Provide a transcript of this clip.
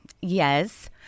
Yes